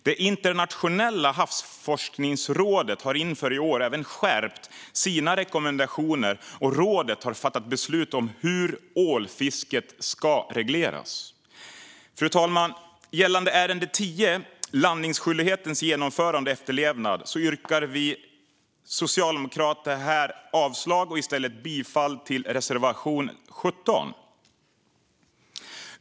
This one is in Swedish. Det internationella havsforskningsrådet har inför i år även skärpt sina rekommendationer, och rådet har fattat beslut om hur ålfisket ska regleras. Fru talman! Vi socialdemokrater yrkar avslag på utskottets förslag under punkt 10, Landningsskyldighetens genomförande och efterlevnad, och ställer oss bakom reservation 17.